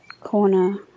corner